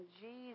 Jesus